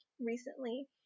recently